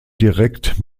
direkt